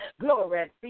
Glory